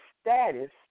status